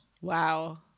Wow